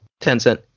Tencent